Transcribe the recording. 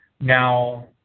Now